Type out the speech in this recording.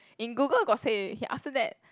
in Google got say okay after that